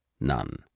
None